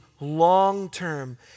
long-term